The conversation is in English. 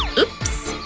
oops!